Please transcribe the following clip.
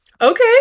okay